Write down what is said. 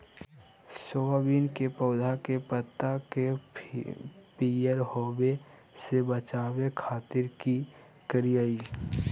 Soybean के पौधा के पत्ता के पियर होबे से बचावे खातिर की करिअई?